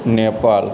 Nepal